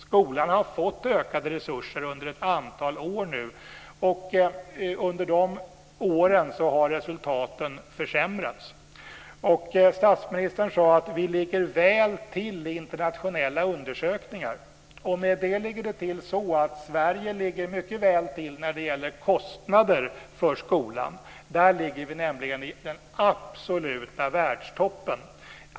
Skolan har fått ökade resurser under ett antal år nu, och under de åren har resultaten försämrats. Statsministern sade att vi ligger väl till i internationella undersökningar. Med det är det så att Sverige ligger mycket väl till när det gäller kostnader för skolan. Där ligger vi nämligen i den absoluta världstoppen.